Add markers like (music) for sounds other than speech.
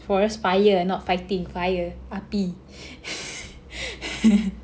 forest fire not fighting fire api (laughs)